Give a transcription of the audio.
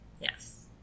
Yes